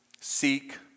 seek